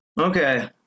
Okay